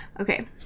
Okay